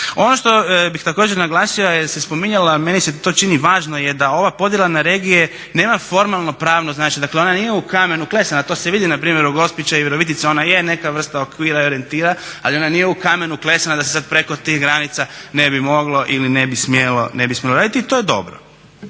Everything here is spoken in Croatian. Ono što bih također naglasio jer se spominjala, meni se to čini važno, je da ova podjela na regije nema formalno pravno znači dakle ona nije u kamenu klesana, to se vidi npr. u Gospiću i Virovitici, ona je neka vrsta okvira i orijentira ali ona nije u kamenu klesana da se sad preko tih granica ne bi moglo ili ne bi smjelo raditi i to je dobro.